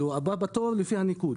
הבא בתור לפי הניקוד.